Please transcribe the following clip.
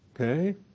Okay